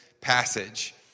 passage